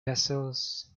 vessels